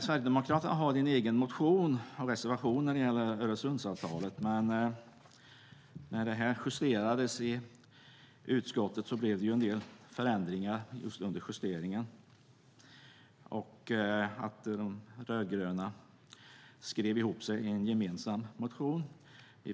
Sverigedemokraterna har en egen motion och reservation när det gäller Öresundsavtalet, men i samband med justeringen i utskottet blev det en del ändringar. De rödgröna skrev ihop sig i en gemensam motion.